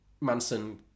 Manson